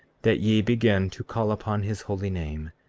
that ye begin to call upon his holy name,